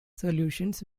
solutions